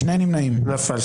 הצבעה לא אושרה נפל.